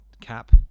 CAP